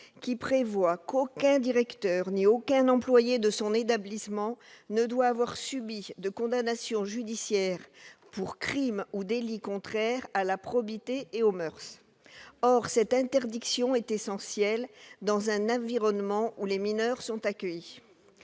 qui prévoit qu'aucun directeur ou qu'aucun employé de l'établissement ne doit avoir fait l'objet de condamnation judiciaire pour crime ou délit contraire à la probité et aux moeurs. Cette interdiction est essentielle dans un environnement où des mineurs sont accueillis.